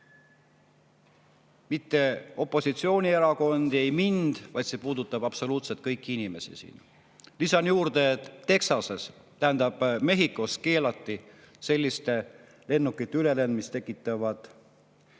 mitte opositsioonierakondi ja mind, vaid see puudutab absoluutselt kõiki inimesi. Lisan juurde, et Texases, tähendab Mehhikos keelati selliste lennukite ülelend, mis tekitavad